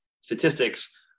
statistics